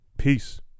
Peace